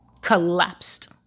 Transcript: collapsed